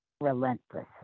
relentless